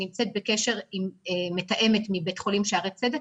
נמצאת בקשר עם מתאמת מטעם בית החולים שערי צדק,